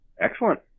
Excellent